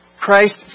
Christ